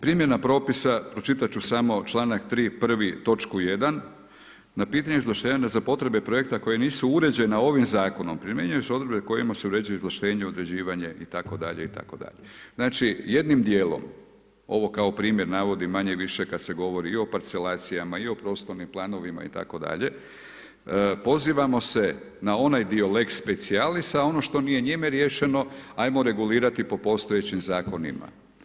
Primjena propisa pročitati ću samo članak 3., prvi, točku 1.: „Na pitanje izvlaštenja za potrebe projekta koja nisu uređena ovim zakonom primjenjuju se odredbe kojima se uređuje izvlaštenje, određivanje…itd., itd.“ Znači jednim dijelom, ovo kao primjer navodim manje-više kada se govori i o parcelacijama i o prostornim planovima itd., pozivamo se na onaj dio lex specialisa a ono što nije njime riješeno ajmo regulirati po postojećim zakonima.